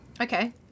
Okay